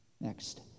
Next